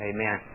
Amen